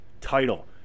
title